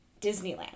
Disneyland